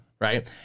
Right